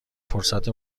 فرصت